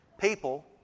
people